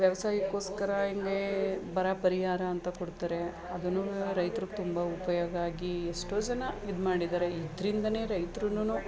ವ್ಯವಸಾಯಕ್ಕೋಸ್ಕರ ಹಿಂಗೇ ಬರ ಪರಿಹಾರ ಅಂತ ಕೊಡ್ತಾರೆ ಅದನ್ನು ರೈತ್ರಿಗೆ ತುಂಬ ಉಪಯೋಗ ಆಗಿ ಎಷ್ಟೋ ಜನ ಇದ್ಮಾಡಿದ್ದಾರೆ ಇದ್ರಿಂದಲೇ ರೈತ್ರೂನು